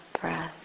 breath